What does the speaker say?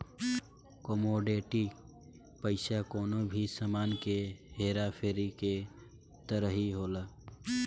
commodity पईसा कवनो भी सामान के हेरा फेरी के तरही होला